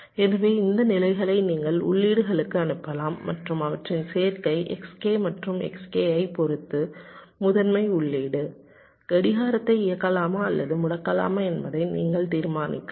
எனவே இந்த நிலைகளை நீங்கள் உள்ளீடுகளுக்கு அனுப்பலாம் மற்றும் அவற்றின் சேர்க்கை Xk மற்றும் Xk ஐப் பொறுத்து முதன்மை உள்ளீடு கடிகாரத்தை இயக்கலாமா அல்லது முடக்கலாமா என்பதை நீங்கள் தீர்மானிக்கலாம்